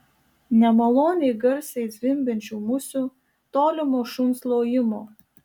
nemaloniai garsiai zvimbiančių musių tolimo šuns lojimo